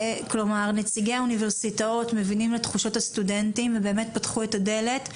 נציגי האוניברסיטאות מבינים את תחושת הסטודנטים ובאמת פתחו את הדלת,